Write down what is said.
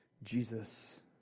Jesus